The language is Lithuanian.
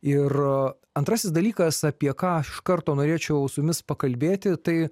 ir antrasis dalykas apie ką aš iš karto norėčiau su jumis pakalbėti tai